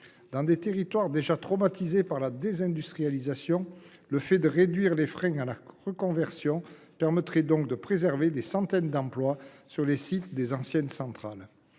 Dans des territoires déjà traumatisés par la désindustrialisation, lever les freins à la reconversion permettrait donc de préserver des centaines d’emplois sur les sites des anciennes centrales.